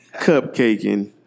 Cupcaking